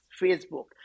Facebook